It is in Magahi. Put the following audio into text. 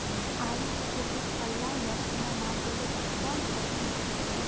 आलू के खेत में पल्ला या ठंडा मार देवे पर कौन खाद छींटी?